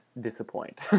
disappoint